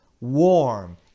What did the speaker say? warm